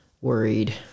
worried